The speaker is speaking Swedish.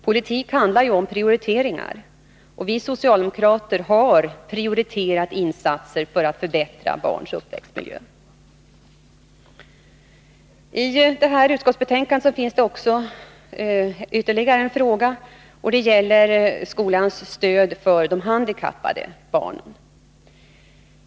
Politik handlar ju om prioriteringar, och vi socialdemokrater har prioriterat insatser för att förbättra barns uppväxtmiljö. I detta utskottsbetänkande upptas ytterligare en fråga, nämligen den om skolans stöd till de handikappade barnen.